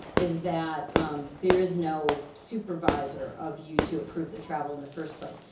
is that there is no supervisor of you to approve the travel in the first place.